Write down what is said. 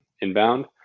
inbound